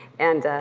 and,